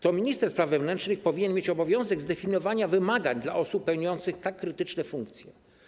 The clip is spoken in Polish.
To minister spraw wewnętrznych powinien mieć obowiązek zdefiniowania wymagań dla osób pełniących tak krytyczne funkcje.